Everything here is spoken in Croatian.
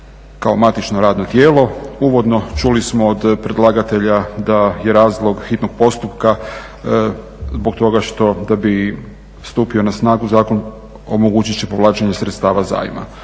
kao matično radno tijelo. Uvodno čuli smo od predlagatelja da je razlog hitnog postupka zbog toga što da bi stupio na snagu zakon omogućit će povlačenje sredstava zajma.